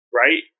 right